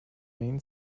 main